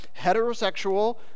heterosexual